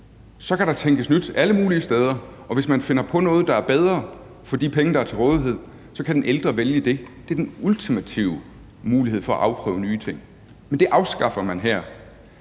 Så kan der tænkes nyt alle mulige steder, og hvis man finder på noget, der er bedre for de penge, der er til rådighed, så kan den ældre vælge det. Det er den ultimative mulighed for at afprøve nye ting, men det afskaffer man her.